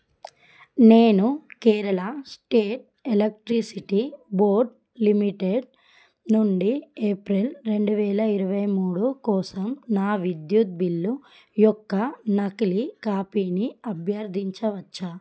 నేను Kerala State Electricity Board Limited నుండి April రెండు వేల ఇరవై మూడు కోసం నా విద్యుత్ బిల్లు యొక్క నకిలీ కాపీని అభ్యర్థించవచ్చా